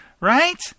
right